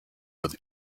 with